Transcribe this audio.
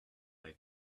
they